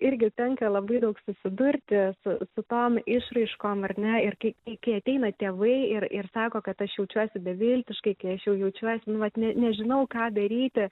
irgi tenka labai daug susidurti su su tom išraiškom ar ne ir kai kai ateina tėvai ir ir sako kad aš jaučiuosi beviltiškai kai aš jau jaučiuos nu vat ne nežinau ką daryti